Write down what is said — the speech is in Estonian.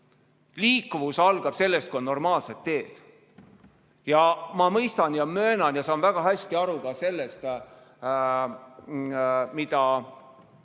Liikuvus algab sellest, kui on normaalsed teed. Ma mõistan ja möönan ja saan väga hästi aru ka sellest, mida